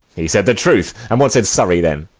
he said the truth and what said surrey then?